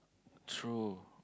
true